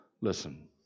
listen